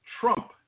Trump